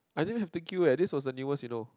I don't even have to queue eh this was the newest you know